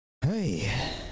hey